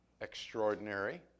extraordinary